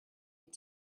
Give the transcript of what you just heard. need